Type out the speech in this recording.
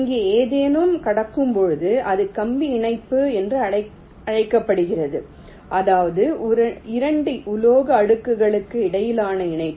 இங்கே ஏதேனும் கடக்கும்போது இது கம்பி இணைப்பு என்று அழைக்கப்படுகிறது அதாவது இது 2 உலோக அடுக்குகளுக்கு இடையிலான இணைப்பு